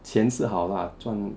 钱是好 lah 赚